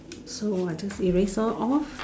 so I just erase off